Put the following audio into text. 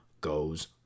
goes